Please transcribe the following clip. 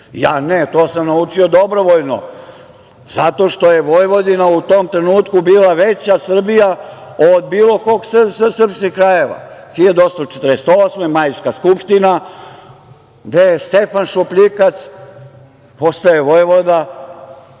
Ja ne, to sam naučio dobrovoljno, zato što je Vojvodina u tom trenutku bila veća Srbija od bilo kog srpskog kraja, 1848. Majska skupština gde Stefan Šupljikac postaje vojvoda,